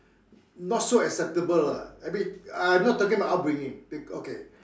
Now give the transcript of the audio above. not so acceptable lah I mean I'm not talking about upbringing okay